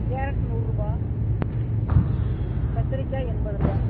carrot நூறுரூபா கத்திரிக்காய் எண்பதுரூபா